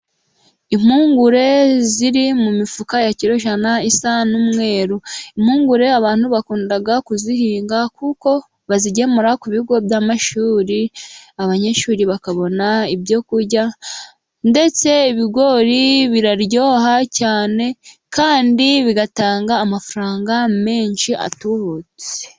Impungure ziri mu mifuka ya kirojana isa n'umweru, impungure abantu bakunda kuzihinga kuko bazigemura ku bigo by'amashuri, abanyeshuri bakabona ibyo kurya, ndetse ibigori biraryoha cyane, kandi bigatanga amafaranga menshi atubutse.